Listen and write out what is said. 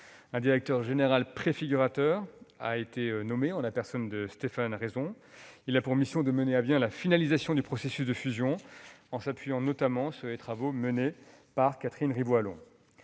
Un directeur général préfigurateur a été nommé en la personne de Stéphane Raison. Il a pour mission de mener à bien la finalisation du processus de fusion, en s'appuyant sur les travaux menés par Catherine Rivoallon.